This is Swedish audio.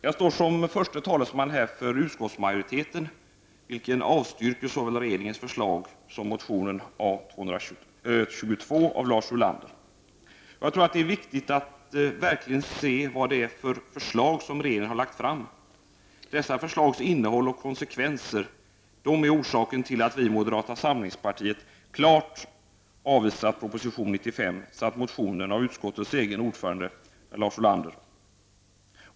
Jag står här som förste talesman för utskottsmajoriteten, vilken avstyrker såväl regeringens förslag som motion 1989/90:A22 av Lars Ulander. Jag tror att det är viktigt att verkligen se vad det är för förslag som regeringen har lagt fram. Dessa förslags innehåll och konsekvenser är orsaken till att vi i moderata samlingspartiet klart avvisar proposition 95 samt motionen av utskottets egen ordförande, Lars Ulander.